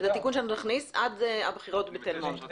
זה תיקון שנכניס, עד הבחירות בתל מונד.